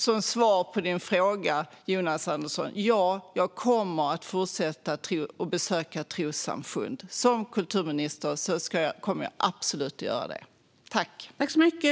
Som svar på din fråga, Jonas Andersson i Linghem: Ja, jag kommer att fortsätta att besöka trossamfund. Som kulturminister kommer jag absolut att göra det.